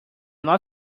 not